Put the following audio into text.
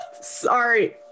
Sorry